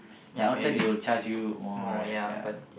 but outside they'll charge you more right ya